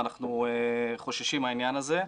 ואנחנו חוששים מהעניין הזה.